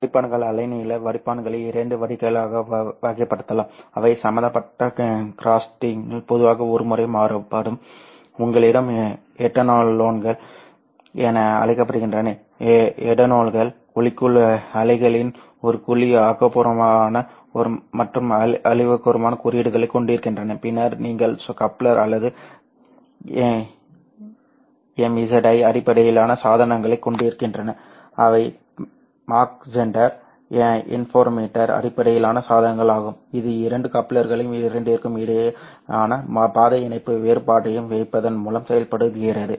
வடிப்பான்கள் அலைநீள வடிப்பான்களை இரண்டு வகைகளாக வகைப்படுத்தலாம் அவை சம்பந்தப்பட்ட கிராட்டிங்ஸ் பொதுவாக ஒருமுறை மாறுபடும் சரி உங்களிடம் எட்டலோன்கள் என அழைக்கப்படுகின்றன எட்டலோன்கள் குழிக்குள் அலைகளின் ஒரு குழி ஆக்கபூர்வமான மற்றும் அழிவுகரமான குறுக்கீடுகளைக் கொண்டிருக்கின்றன பின்னர் நீங்கள் கப்ளர் அல்லது எம்இசட்ஐ அடிப்படையிலான சாதனங்களைக் கொண்டிருக்கின்றன அவை மாக் ஜெஹெண்டர் இன்டர்ஃபெரோமீட்டர் அடிப்படையிலான சாதனங்கள் ஆகும் இது இரண்டு கப்ளர்களையும் இரண்டிற்கும் இடையேயான பாதை இணைப்பு வேறுபாட்டையும் வைப்பதன் மூலம் செயல்படுத்தப்படுகிறது